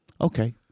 Okay